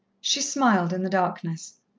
she smiled in the darkness.